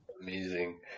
Amazing